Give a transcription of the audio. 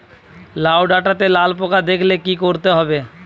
লাউ ডাটাতে লাল পোকা দেখালে কি করতে হবে?